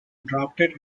drafted